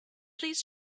please